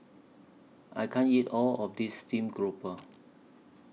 I can't eat All of This Steamed Grouper